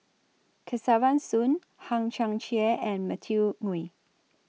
Kesavan Soon Hang Chang Chieh and Matthew Ngui